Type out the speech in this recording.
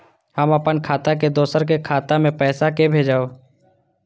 हम अपन खाता से दोसर के खाता मे पैसा के भेजब?